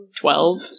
Twelve